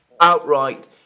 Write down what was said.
outright